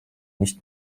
nicht